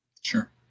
Sure